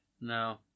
no